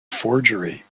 forgery